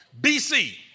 BC